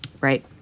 Right